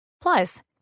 plus